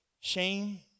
shame